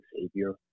Savior